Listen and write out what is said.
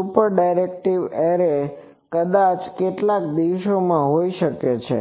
તેથી આ super directive arrays કદાચ કેટલાક દિવસોમાં હોય છે